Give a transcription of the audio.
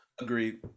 Agreed